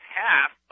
half